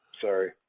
Sorry